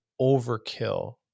overkill